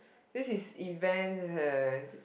this is event eh